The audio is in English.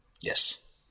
Yes